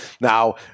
now